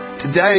Today